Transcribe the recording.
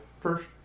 First